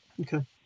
Okay